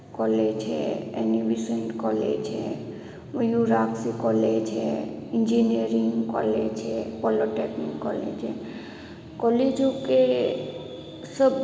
college है animation college है Mayuraj Singh college है इंजीनियरिंग कॉलेज है पॉलिटेक्निक कॉलेज है कॉलेजों के सब